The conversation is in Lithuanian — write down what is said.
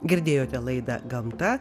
girdėjote laida gamta